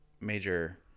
major